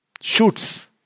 Shoots